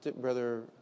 Brother